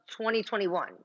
2021